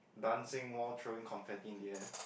dancing while throwing confetti in the air